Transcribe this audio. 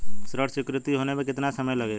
ऋण स्वीकृत होने में कितना समय लगेगा?